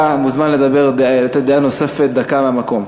מוזמן לדבר, דעה נוספת, דקה מהמקום.